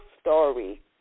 story